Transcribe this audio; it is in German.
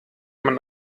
man